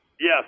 Yes